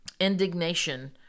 indignation